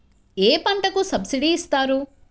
ఏ పంటకు సబ్సిడీ ఇస్తారు?